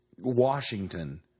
Washington